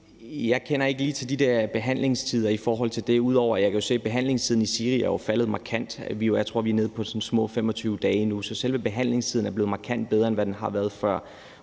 Jeg kender ikke lige til behandlingstiderne i forhold til det, ud over at jeg kan se, at behandlingstiden i SIRI jo er faldet markant. Jeg tror, at vi er nede på små 25 dage endnu. Så selve behandlingstiden er blevet markant bedre, i forhold til hvad den har været før.